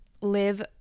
live